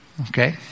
Okay